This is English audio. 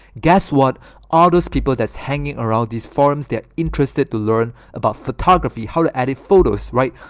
guess. what are those people? that's hanging around these forums. they're interested to learn about photography how to edit photos, right?